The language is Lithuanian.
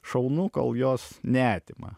šaunu kol jos neatima